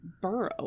burrow